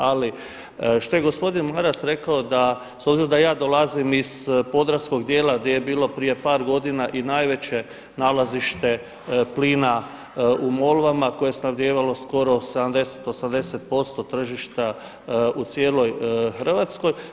Ali što je gospodin Maras da s obzirom da ja dolazim iz podravskog dijela gdje je bilo prije par godina i najveće nalazište plina u Molvama koje je snabdijevalo skoro 70,80% tržišta u cijeloj Hrvatskoj.